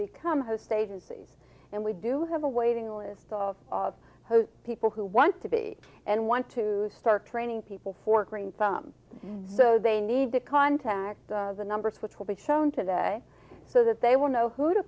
become host agencies and we do have a waiting list of people who want to be and want to start training people for green thumb so they need to contact the numbers which will be shown today so that they will know who to